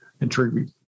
intriguing